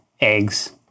eggs